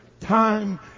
Time